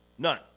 none